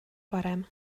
parem